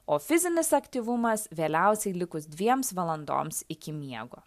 o fizinis aktyvumas vėliausiai likus dviems valandoms iki miego